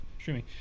streaming